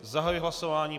Zahajuji hlasování.